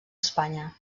espanya